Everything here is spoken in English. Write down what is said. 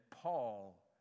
Paul